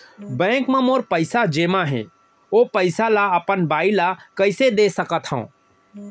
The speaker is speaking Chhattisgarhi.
बैंक म मोर पइसा जेमा हे, ओ पइसा ला अपन बाई ला कइसे दे सकत हव?